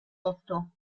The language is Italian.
otto